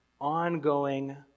ongoing